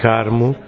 Carmo